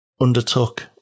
undertook